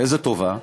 איזו טובה?